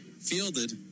Fielded